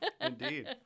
Indeed